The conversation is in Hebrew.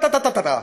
טה טה טה טה טה טה.